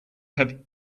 have